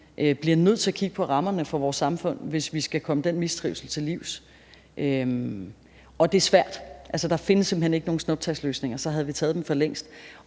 bliver nødt til at kigge på rammerne for vores samfund, hvis vi skal komme den mistrivsel til livs. Og det er svært. Der findes simpelt hen ikke nogen snuptagsløsninger, for så havde vi taget dem for længst.